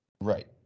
Right